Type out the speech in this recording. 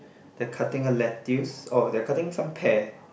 they're cutting a lettuce oh they're cutting some pear